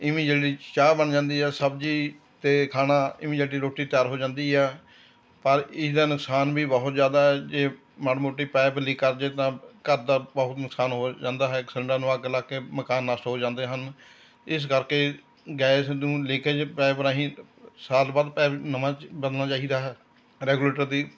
immediately ਚਾਹ ਬਣ ਜਾਂਦੀ ਆ ਸਬਜ਼ੀ ਅਤੇ ਖਾਣਾ ਇਮੀਜੇਟਲੀ ਰੋਟੀ ਤਿਆਰ ਹੋ ਜਾਂਦੀ ਆ ਪਰ ਇਸਦਾ ਨੁਕਸਾਨ ਵੀ ਬਹੁਤ ਜ਼ਿਆਦਾ ਹੈ ਜੇ ਮਾੜੀ ਮੋਟੀ ਪੇੈਪ ਲੀਕ ਕਰ ਜਾਵੇ ਤਾਂ ਘਰਦਾ ਬਹੁਤ ਨੁਕਸਾਨ ਹੋ ਜਾਂਦਾ ਹੈ ਖੰਡਾਂ ਨੂੰ ਅੱਗ ਲੱਗਕੇ ਮਕਾਨ ਨਸ਼ਟ ਹੋ ਜਾਂਦੇ ਹਨ ਇਸ ਕਰਕੇ ਗੈਸ ਨੂੰ ਲੀਕੇਜ ਪੈਪ ਰਾਹੀ ਸਾਲ ਬਾਅਦ ਪੈਪ ਨਵਾਂ ਬਦਲਣਾ ਚਾਹੀਦਾ ਹੈ ਰੈਗੁਲੇਟਰ ਦੀ